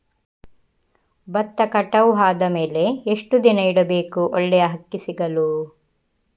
ಭತ್ತ ಕಟಾವು ಆದಮೇಲೆ ಎಷ್ಟು ದಿನ ಇಡಬೇಕು ಒಳ್ಳೆಯ ಅಕ್ಕಿ ಸಿಗಲು?